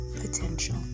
potential